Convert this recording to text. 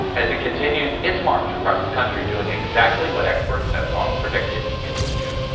as it continues its march across the country doing exactly what experts have long predicted it would do.